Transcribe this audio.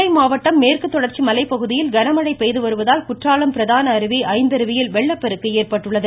நெல்லை மழை மாவட்டம் நெல்லை மலைப்பகுகியில் கன மழை பெய்துவருவதால் குற்றாலம் பிரதான அருவி ஐந்தருவியில் வெள்ளப்பெருக்கு ஏற்பட்டுள்ளது